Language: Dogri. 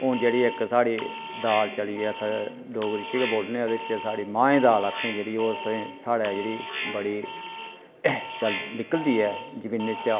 हून जेह्ड़ी इक साढ़ी दाल चली ऐ अस डोगरी च गै बोलने आं ओह्दे च साढ़ी माहें दी दाल आखने आं जेह्ड़ी ओह् साढ़े जेह्ड़ी बड़ी निकलदी ऐ जमीनै चा